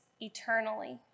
eternally